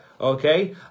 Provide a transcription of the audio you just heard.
okay